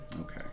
Okay